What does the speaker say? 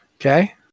Okay